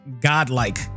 godlike